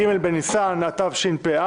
ג' בניסן התשפ"א,